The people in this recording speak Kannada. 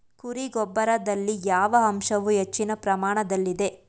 ಕುರಿ ಗೊಬ್ಬರದಲ್ಲಿ ಯಾವ ಅಂಶವು ಹೆಚ್ಚಿನ ಪ್ರಮಾಣದಲ್ಲಿದೆ?